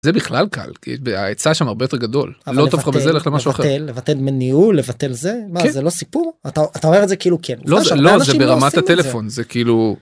זה בכלל קל כי ההיצע שם הרבה יותר גדול, לא טוב לך בזה לך למשהו אחר אבל לבטל, לבטל, לבטל דמי ניהול, לבטל זה? כן. מה, זה לא סיפור? אתה אומר את זה כאילו כן, הרבה אנשים לא עושים את זה... לא זה, לא זה ברמת הטלפון זה כאילו.